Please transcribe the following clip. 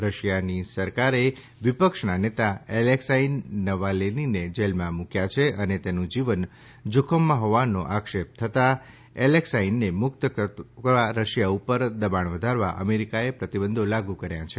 રશિયાની સરકારે વિપક્ષના નેતા એલેક્સાઈ નવાલેનીને જેલમાં મુક્યા છે અને તેમનું જીવન જોખમમાં હોવાનો આક્ષેપ થતાં એલેક્સાઈને મુક્ત કરવા રશિયા ઉપર દબાણ વધારવા અમેરિકાએ પ્રતિબંધો લાગુ કર્યા છે